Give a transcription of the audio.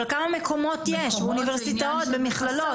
כמה מקומות יש באוניברסיטאות, במכללות?